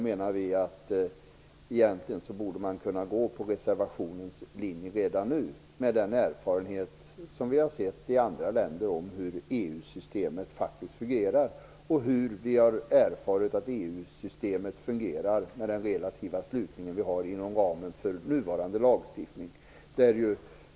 Vi menar att man egentligen borde kunna följa reservationens linje redan nu, med den erfarenhet som vi har sett att man har gjort i andra länder av hur EU-systemet faktiskt fungerar och med den relativa slutenhet som förekommer inom ramen för nuvarande lagstiftning.